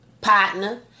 partner